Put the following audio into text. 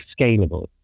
scalable